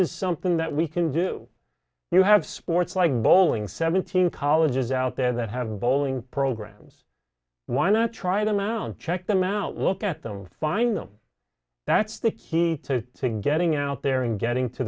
is something that we can do you have sports like bowling seventeen colleges out there that have bowling programs why not try to mount check them out look at them find them that's the key to getting out there and getting to